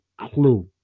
clue